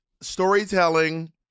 storytelling